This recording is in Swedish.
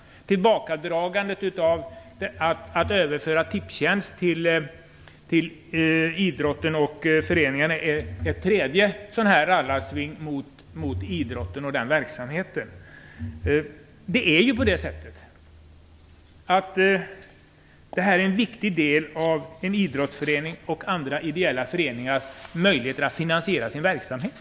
Tillbakadragandet av förslaget om att överföra Tipstjänst till idrotten och föreningarna är ytterligare en rallarsving mot idrotten och den sortens verksamhet. Det här är en viktig del av idrottsföreningars och andra ideella föreningars möjligheter att finansiera sin verksamhet.